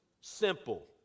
simple